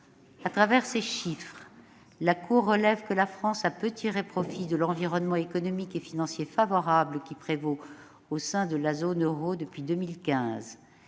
À travers ces chiffres, la Cour des comptes relève que la France a peu tiré profit de l'environnement économique et financier favorable qui prévaut au sein de la zone euro depuis 2015.